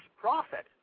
profit